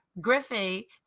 Griffey